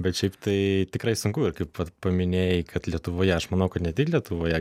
bet šiaip tai tikrai sunku ir kaip vat paminėjai kad lietuvoje aš manau kad ne tik lietuvoje